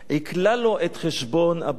עיקלה לו את חשבון הבנק.